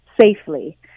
safely